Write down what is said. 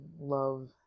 love